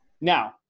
Now